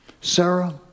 Sarah